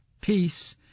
peace